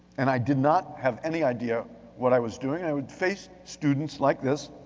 and i did not have any idea what i was doing. i would face students like this.